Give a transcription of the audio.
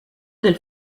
del